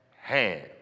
hand